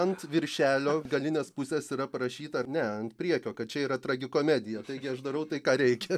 ant viršelio galinės pusės yra parašyta ar ne ant priekio kad čia yra tragikomedija taigi aš darau tai ką reikia